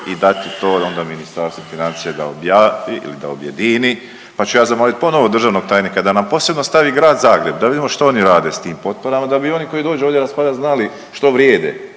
i dati to onda Ministarstvu financija da objavi ili da objedini, pa ću ja zamolit ponovo državnog tajnika da nam posebno stavi Grad Zagreb da vidimo što oni rade s tim potporama da bi oni koji dođu ovdje raspravljat znali što vrijede